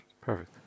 Perfect